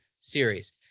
series